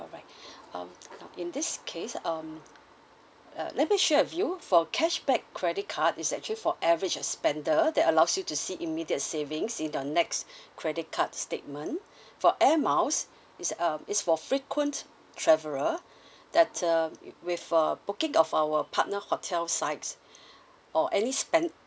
alright um now in this case um uh let me share with you for cashback credit card it's actually for average spender that allows you to see immediate savings in your next credit card statement for air miles it's um it's for frequent traveler that um with uh booking of our partner hotel sites or any spend